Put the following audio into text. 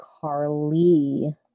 Carly